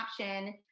option